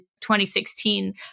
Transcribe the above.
2016